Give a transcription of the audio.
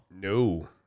No